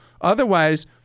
otherwise